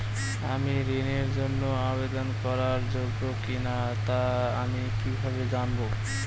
আমি ঋণের জন্য আবেদন করার যোগ্য কিনা তা আমি কীভাবে জানব?